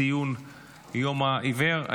ציון יום העיוור.